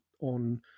on